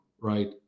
right